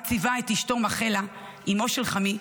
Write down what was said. ובה ציווה את אשתו רחלה, אימו של חמי,